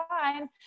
fine